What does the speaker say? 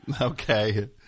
Okay